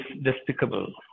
despicable